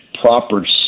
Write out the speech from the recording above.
proper